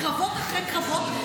קרבות אחרי קרבות,